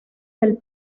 del